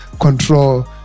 control